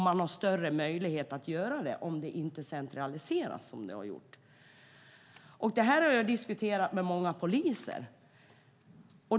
Man har större möjlighet att göra det om det inte centraliseras så som skett. Det här har jag diskuterat med många poliser.